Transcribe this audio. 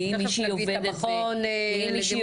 כי אם מישהי עובדת היא לא